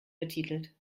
betitelt